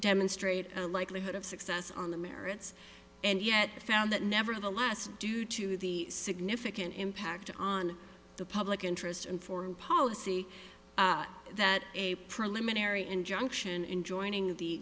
demonstrate a likelihood of success on the merits and yet found that nevertheless due to the significant impact on the public interest in foreign policy that a preliminary injunction in joining the